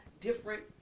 different